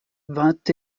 vingt